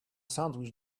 sandwich